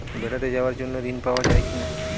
বেড়াতে যাওয়ার জন্য ঋণ পাওয়া যায় কি?